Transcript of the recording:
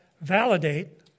validate